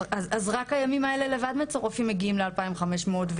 אז מה שקורה זה שרק הימים האלה מצורפים מגיעים לכ-2,500 ₪,